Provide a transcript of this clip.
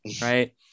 right